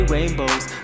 Rainbows